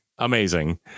Amazing